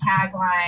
tagline